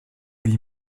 lui